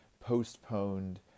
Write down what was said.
postponed